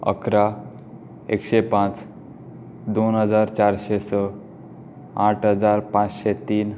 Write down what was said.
इकरा एकशे पांच दोन हजार चारशे स आठ हजार पांचशे तीन